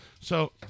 So-